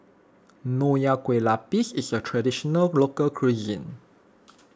Nonya Kueh Lapis is a Traditional Local Cuisine